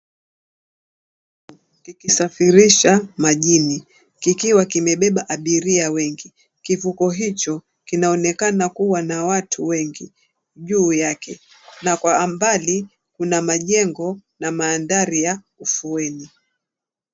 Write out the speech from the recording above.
Kikisafirisha majini kikiwa kimebeba abiria wengi, kivugo hicho kinaonekana kuwa na watu wengi juu yake, na kwa ambali kuna majengo na maandari ya ufueni.